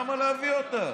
למה להביא אותה?